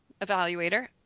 evaluator